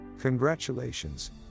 Congratulations